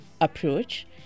approach